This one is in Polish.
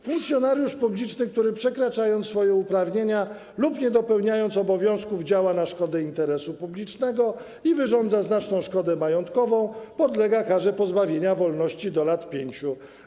Funkcjonariusz publiczny, który, przekraczając swoje uprawnienia lub nie dopełniając obowiązków, działa na szkodę interesu publicznego i wyrządza znaczną szkodę majątkową, podlega karze pozbawienia wolności do lat 5.